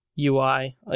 UI